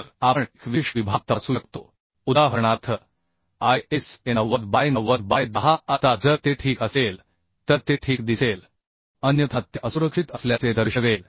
तर आपण एक विशिष्ट विभाग तपासू शकतो उदाहरणार्थ ISA 90 बाय 90 बाय 10 आता जर ते ठीक असेल तर ते ठीक दिसेल अन्यथा ते असुरक्षित असल्याचे दर्शवेल